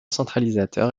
centralisateur